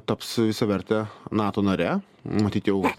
taps visaverte nato nare matyt jau